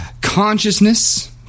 consciousness